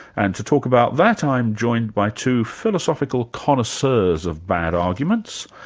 and to talk about that, i'm joined by two philosophical connoisseurs of bad arguments,